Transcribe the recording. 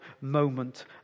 moment